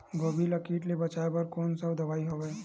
गोभी ल कीट ले बचाय बर कोन सा दवाई हवे?